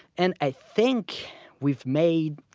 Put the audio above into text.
and i think we've made.